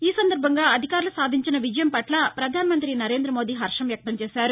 ఈ సందర్భంగా అధికారులు సాధించిన ఈ విజయం పట్ల ప్రధాన మంతి నరేంద మోదీ హర్షం వ్యక్తం చేశారు